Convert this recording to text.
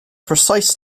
precise